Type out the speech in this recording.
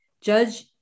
Judge